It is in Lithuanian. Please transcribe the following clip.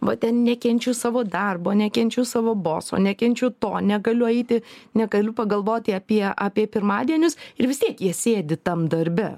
va ten nekenčiu savo darbo nekenčiu savo boso nekenčiu to negaliu eiti negaliu pagalvoti apie apie pirmadienius ir vistiek jie sėdi tam darbe